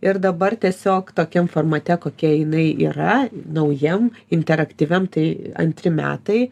ir dabar tiesiog tokiam formate kokia jinai yra naujam interaktyviam tai antri metai